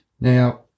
Now